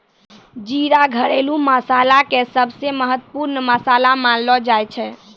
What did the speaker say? जीरा घरेलू मसाला के सबसॅ महत्वपूर्ण मसाला मानलो जाय छै